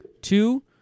Two